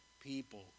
people